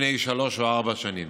לפני שלוש או ארבע שנים.